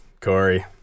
Corey